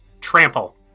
Trample